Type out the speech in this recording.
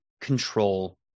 control